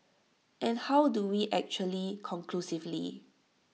and how do we actually conclusively